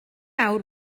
awr